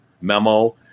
Memo